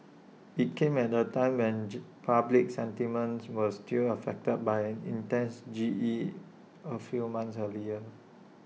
IT came at A time when public sentiments were still affected by an intense G E A few months earlier